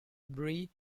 bree